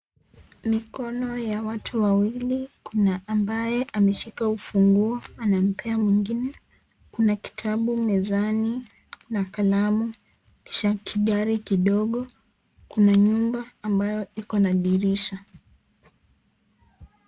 Mikono ya watu wawili Kuna ambaye ameshika ufunguo anampea mwingine Kuna kitabu mezani na kalamu cha kigari kidogo kuna nyumba ambayo iko na dirisha.